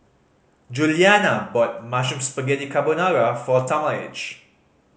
Juliana bought Mushroom Spaghetti Carbonara for Talmadge